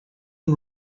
and